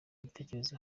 igitekerezo